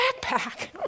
backpack